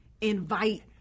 invite